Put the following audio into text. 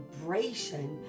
vibration